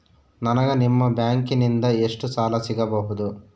ನನಗ ನಿಮ್ಮ ಬ್ಯಾಂಕಿನಿಂದ ಎಷ್ಟು ಸಾಲ ಸಿಗಬಹುದು?